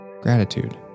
gratitude